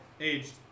aged